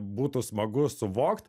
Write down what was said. būtų smagu suvokt